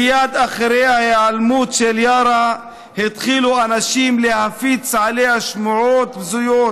מייד אחרי ההיעלמות של יארא התחילו אנשים להפיץ עליה שמועות בזויות.